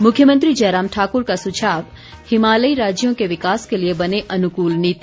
मुख्यमंत्री जयराम ठाकुर का सुझाव हिमालयी राज्यों के विकास के लिए बने अनुकूल नीति